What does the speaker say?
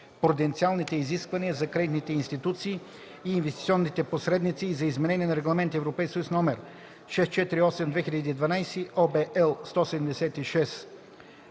пруденциалните изисквания за кредитните институции и инвестиционните посредници и за изменение на Регламент (ЕС) № 648/2012 (ОВ,